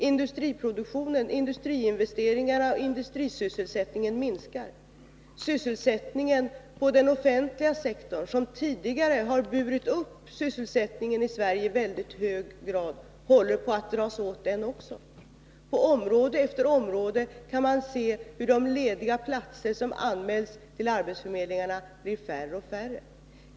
Industriproduktionen, industriinvesteringarna och industrisysselsättningen minskar. Också sysselsättningen på den offentliga sektorn, som tidigare har burit upp sysselsättningen i Sverige i väldigt hög grad, håller på att dras åt. På område efter område kan man se hur de lediga platser som anmälts till arbetsförmedlingarna blir färre och färre.